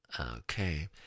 Okay